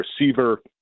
receiver